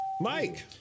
Mike